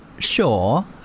sure